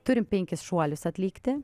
turim penkis šuolius atlikti